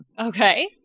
okay